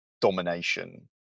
domination